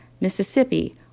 Mississippi